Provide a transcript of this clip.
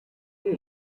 did